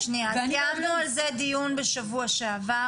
הזמן --- סיימנו על זה דיון בשבוע שעבר